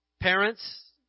Parents